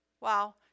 Wow